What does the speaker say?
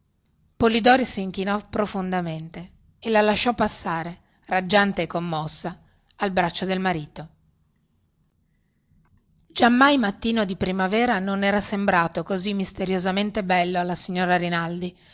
polidori sinchinò profondamente e la lasciò passare raggiante e commossa al braccio del marito giammai mattino di primavera non era sembrato così misteriosamente bello alla signora rinaldi